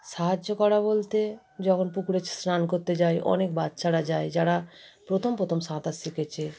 সাহায্য করা বলতে যখন পুকুরে স্নান করতে যাই অনেক বাচ্চারা যায় যারা প্রথম প্রথম সাঁতার শিখেছে